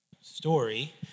story